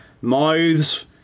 mouths